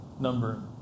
number